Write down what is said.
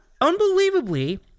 unbelievably